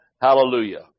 Hallelujah